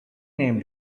name